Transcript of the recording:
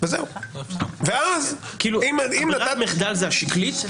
ברירת המחדל היא השקלית.